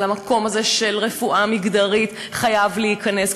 אבל המקום הזה של רפואה מגדרית חייב להיכנס.